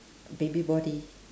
baby body